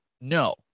No